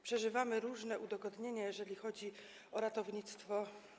Przeżywamy różne udogodnienia, jeżeli chodzi o ratownictwo.